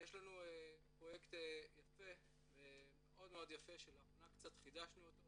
יש לנו פרויקט מאוד יפה שלאחרונה קצת חידשנו אותו.